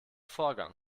vorgang